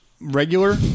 regular